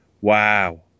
wow